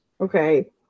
okay